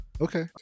Okay